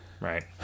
right